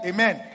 Amen